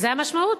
זו המשמעות.